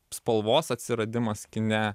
spalvos atsiradimas kine